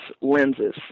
lenses